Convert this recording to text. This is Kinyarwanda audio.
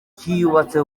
kiyubatse